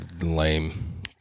lame